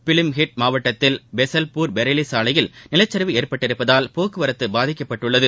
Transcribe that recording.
பிலிம்ஹிட் மாவட்டத்தில் பெசவ்பூர் பெரைலி சாலையில் நிலச்சிவு ஏற்பட்டுள்ளதால் போக்குவரத்து பாதிக்கப்பட்டுள்ளது